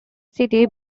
city